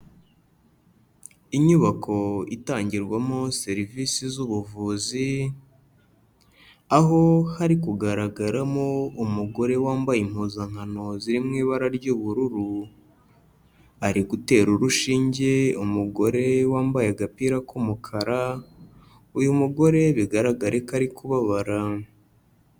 Inyubako itangirwamo serivisi z'ubuvuzi, aho hari kugaragaramo umugore wambaye impuzankano ziri mu ibara ry'ubururu, ari gutera urushinge umugore wambaye agapira k'umukara, uyu mugore bigaragare ko ari kubabara.